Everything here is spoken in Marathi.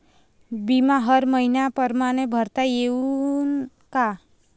बिमा हर मइन्या परमाने भरता येऊन का?